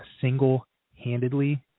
single-handedly